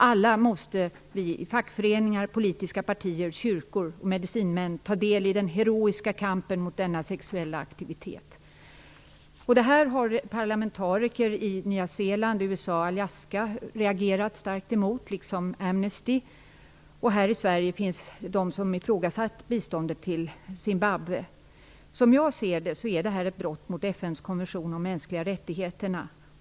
Alla måste vi, fackföreningar, politiska partier, kyrkor och medicinmän, ta del i den heroiska kampen mot denna sexuella aktivitet. Det här har parlamentariker i Nya Zeeland, USA och Alaska reagerat starkt emot, liksom Amnesty. Här i Sverige finns de som har ifrågasatt biståndet till Som jag ser det är detta ett brott mot FN:s konvention om de mänskliga rättigheterna.